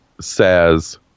says